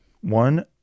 one